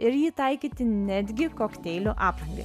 ir jį taikyti netgi kokteilių aprangai